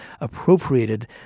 appropriated